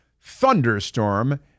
Thunderstorm